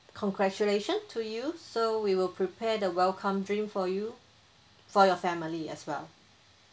congratulation to you so we will prepare the welcome drink for you for your family as well